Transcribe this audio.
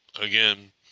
again